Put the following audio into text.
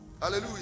Hallelujah